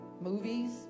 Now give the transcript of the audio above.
movies